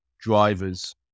drivers